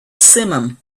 simum